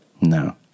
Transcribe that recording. No